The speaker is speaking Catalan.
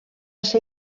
ser